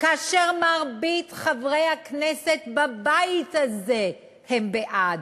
כאשר מרבית חברי הכנסת בבית הזה הם בעד,